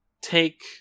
take